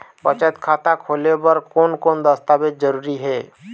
बचत खाता खोले बर कोन कोन दस्तावेज जरूरी हे?